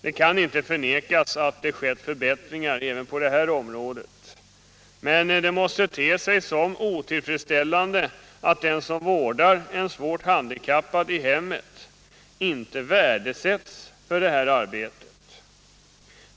Det kan inte förnekas att det skett förbättringar även på det här området, men det måste vara otillfredsställande att den som vårdar en svårt handikappad i hemmet inte värdesätts för det arbetet.